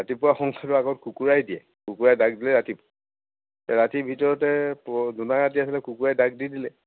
ৰাতিপুৱা আগত কুকুৰাই দিয়ে কুকুৰাই ডাক দিলেই ৰাতি পুৱায় ৰাতি ভিতৰতে জোনাক ৰাতি আছিলে কুকুৰাই ডাক দি দিলে